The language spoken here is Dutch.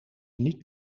niet